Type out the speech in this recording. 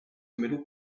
middle